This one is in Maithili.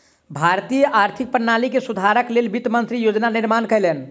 भारतीय आर्थिक प्रणाली के सुधारक लेल वित्त मंत्री योजना निर्माण कयलैन